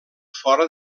fora